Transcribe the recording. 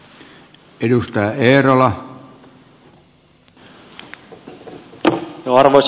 arvoisa puhemies